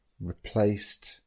replaced